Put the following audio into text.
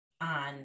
on